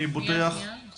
אני פותח